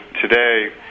today